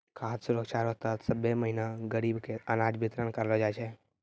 खाद सुरक्षा रो तहत सभ्भे महीना गरीब के अनाज बितरन करलो जाय छै